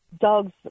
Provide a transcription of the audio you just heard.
Dogs